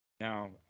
Now